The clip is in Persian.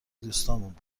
دوستامون